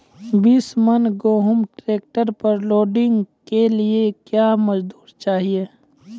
बीस मन गेहूँ ट्रैक्टर पर लोडिंग के लिए क्या मजदूर चाहिए?